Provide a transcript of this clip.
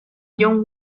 john